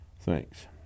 Thanks